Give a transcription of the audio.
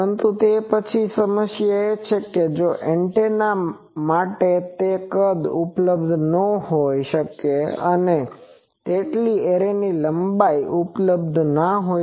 પરંતુ તે પછી સમસ્યા એ છે કે એન્ટેના માટે તે કદ ઉપલબ્ધ ન હોઇ શકે અને તેટલી એરે લંબાઈ ઉપલબ્ધ ન હોય